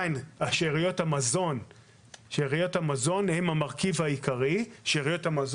שאריות המזון הן המרכיב העיקרי במדינת ישראל.